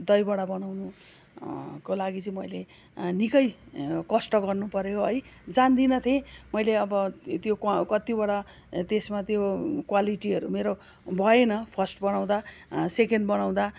दहीबडा बनाउनु को लागि चाहिँ मैले निकै कष्ट गर्नु पऱ्यो है जान्दिन थिएँ मैले अब त्यो कतिवटा त्यसमा त्यो क्वालिटीहरू मेरो भएन फर्स्ट बनाउँदा सेकेन्ड बनाउँदा